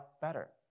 better